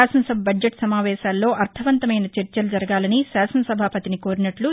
శాసనసభ బడ్జెట్ సమావేశాల్లో అర్దవంతమైన చర్చలు జరగాలని శానన సభాపతిని కోరినట్లు ని